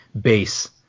base